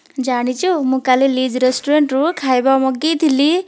ଜାଣିଛୁ ମୁଁ କାଲି ଲିଜ୍ ରେଷ୍ଟୁରାଣ୍ଟରୁ ଖାଇବା ମଗାଇଥିଲି